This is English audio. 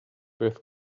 with